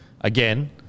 again